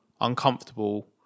uncomfortable